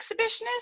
exhibitionist